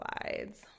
slides